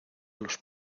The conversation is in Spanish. los